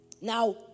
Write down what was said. Now